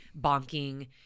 bonking